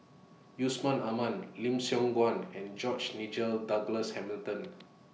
Yusman Aman Lim Siong Guan and George Nigel Douglas Hamilton